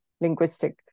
linguistic